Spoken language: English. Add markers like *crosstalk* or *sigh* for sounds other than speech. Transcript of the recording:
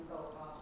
*noise*